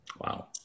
Wow